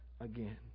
again